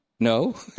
No